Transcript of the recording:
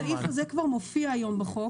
הסעיף הזה כבר מופיע היום בחוק.